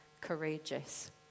courageous